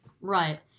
Right